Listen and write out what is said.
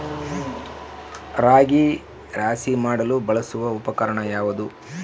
ರಾಗಿ ರಾಶಿ ಮಾಡಲು ಬಳಸುವ ಉಪಕರಣ ಯಾವುದು?